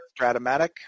Stratomatic